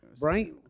Right